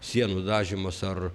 sienų dažymas ar